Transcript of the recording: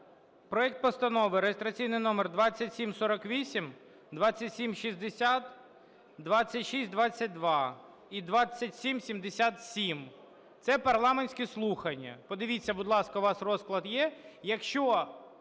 проекти постанов реєстраційні номери: 2748, 2760, 2622 і 2777 – це парламентські слухання. Подивіться, будь ласка, у вас розклад є.